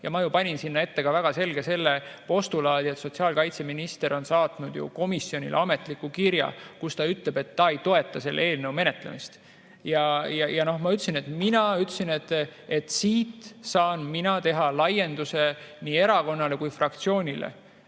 ma ju panin sinna ette ka väga selge postulaadi, et sotsiaalkaitseminister on saatnud komisjonile ametliku kirja, kus ta ütleb, et ta ei toeta selle eelnõu menetlemist. Ja ma ütlesin, et siit saan mina teha laienduse nii erakonnale kui fraktsioonile.